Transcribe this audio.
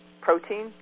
protein